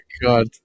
God